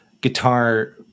guitar